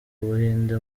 buhinde